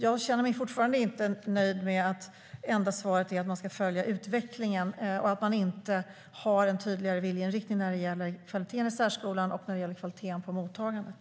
Jag känner mig fortfarande inte nöjd med att det enda svaret är att man ska följa utvecklingen och att man inte har en tydligare viljeinriktning när det gäller kvaliteten i särskolan och när det gäller kvaliteten på mottagandet.